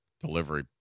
delivery